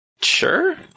Sure